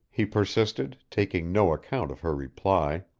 he persisted, taking no account of her reply.